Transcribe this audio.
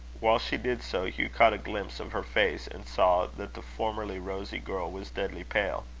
while she did so, hugh caught a glimpse of her face, and saw that the formerly rosy girl was deadly pale.